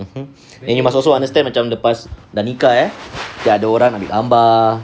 and you must also understand macam lepas dah nikah eh nanti ada orang ambil gambar